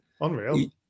Unreal